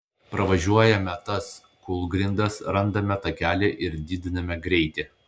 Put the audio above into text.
pravažiuojame tas kūlgrindas randame takelį ir didiname greitį